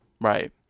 Right